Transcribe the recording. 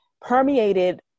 permeated